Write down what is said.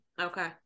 Okay